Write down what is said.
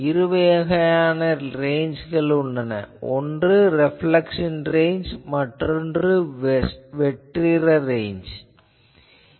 இருவகையான ரேஞ்ச்கள் உள்ளன ஒன்று ரெப்லேக்சன் ரேஞ்ச் மற்றொன்று வெற்றிட ரேஞ்ச் ஆகும்